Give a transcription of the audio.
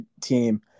team